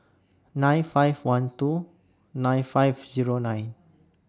nine five one two nine five Zero nine